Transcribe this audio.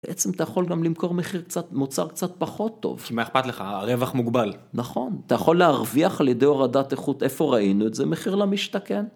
בעצם אתה יכול גם למכור מחיר קצת, מוצר קצת פחות טוב. כי מה אכפת לך, הרווח מוגבל. נכון, אתה יכול להרוויח על ידי הורדת איכות, איפה ראינו את זה, מחיר למשתכן.